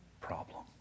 problem